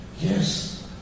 Yes